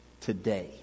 Today